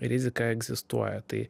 rizika egzistuoja tai